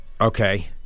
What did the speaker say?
Okay